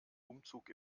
umzug